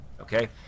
Okay